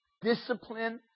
discipline